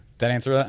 that answer all?